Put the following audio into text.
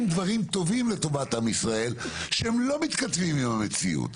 דברים טובים לטובת עם ישראל שהם לא מתכתבים עם המציאות,